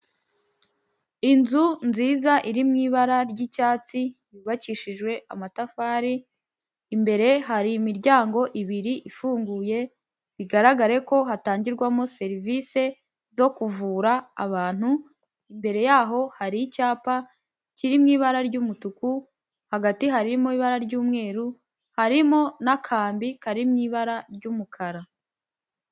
Inzu nziza iri mu ibara ry'icyatsi yubakishijwe amatafari, imbere hari imiryango ibiri ifunguye, bigaragare ko hatangirwamo serivise zo kuvura abantu. Imbere yaho hari icyapa kiri mu ibara ry'umutuku, hagati harimo ibara ry'umweru, harimo n'akambi kari mu ibara ry'umukara.